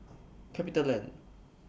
CapitaLand